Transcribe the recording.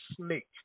snake